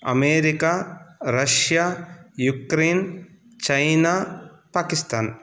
America Russia Ukraine China Pakistan